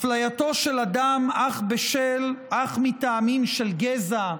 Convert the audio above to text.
אפלייתו של אדם אך מטעמים של גזע,